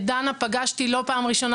את דנה פגשתי לא פעם ראשונה,